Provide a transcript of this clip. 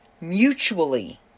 mutually